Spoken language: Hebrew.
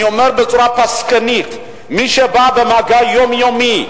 אני אומר בצורה פסקנית: מי שבא במגע יומיומי,